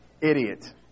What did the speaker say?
Idiot